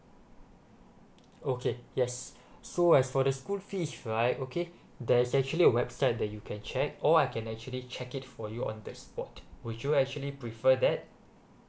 okay yes so as for the school fee right okay there is actually a website that you can check or I can actually check it for you on the spot which you actually prefer that